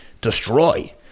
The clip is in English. destroy